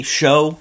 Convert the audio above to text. show